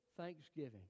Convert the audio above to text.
thanksgiving